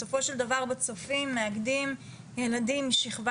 בסופו של דבר בצופים מאגדים ילדים משכבה